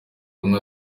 umwe